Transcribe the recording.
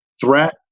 threat